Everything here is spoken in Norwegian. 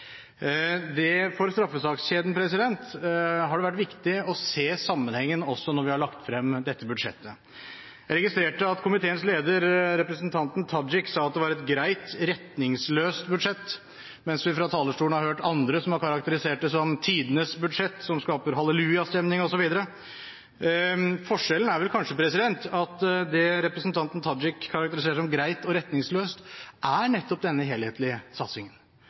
For straffesakskjeden har det vært viktig å se sammenhengen også når vi har lagt frem dette budsjettet. Jeg registrerte at komiteens leder, representanten Tajik, sa at det var et greit, retningsløst budsjett, mens vi fra talerstolen har hørt andre som har karakterisert det som tidenes budsjett, at det skaper hallelujastemning, osv. Forskjellen er vel kanskje at det representanten Tajik karakteriserer som greit og retningsløst, er nettopp denne helhetlige satsingen